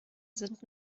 sind